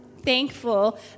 thankful